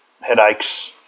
headaches